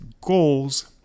goals